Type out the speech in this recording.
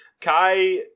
Kai